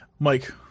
Mike